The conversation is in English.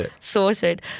Sorted